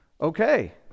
Okay